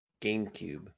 GameCube